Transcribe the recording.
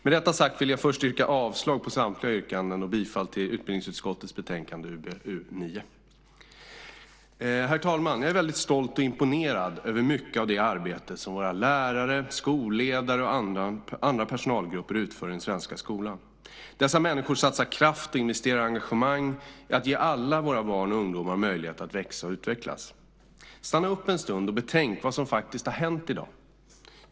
Med detta sagt vill jag först yrka avslag på samtliga reservationer och bifall till majoritetens förslag till beslut i utbildningsutskottets betänkande UbU9. Herr talman! Jag är väldigt stolt och imponerad över mycket av det arbete som våra lärare, skolledare och andra personalgrupper utför i den svenska skolan. Dessa människor satsar kraft och investerar engagemang i att ge alla våra barn och ungdomar möjlighet att växa och utvecklas. Stanna upp en stund och betänk vad som faktiskt har hänt i dag!